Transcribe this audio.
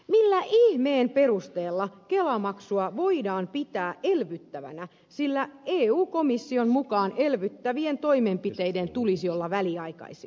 millä ihmeen perusteella kelamaksua voidaan pitää elvyttävänä sillä eu komission mukaan elvyttävien toimenpiteiden tulisi olla väliaikaisia